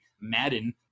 Madden